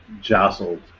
jostled